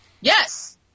Yes